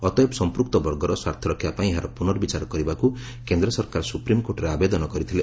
ଅତଏବ ସଂପୂକ୍ତ ବର୍ଗର ସ୍ୱାର୍ଥରକ୍ଷା ପାଇଁ ଏହାର ପୁନର୍ବଚାର କରିବାକୁ କେନ୍ଦ୍ର ସରକାର ସୁପ୍ରିମକୋର୍ଟରେ ଆବେଦନ କରିଥିଲେ